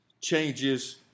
changes